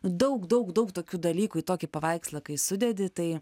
daug daug daug tokių dalykų į tokį paveikslą kai sudedi tai